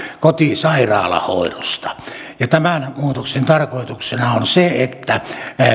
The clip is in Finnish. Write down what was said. kotisairaalahoidosta tämän muutoksen tarkoituksena on se että